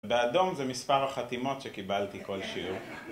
באדום זה מספר החתימות שקיבלתי כל שיעור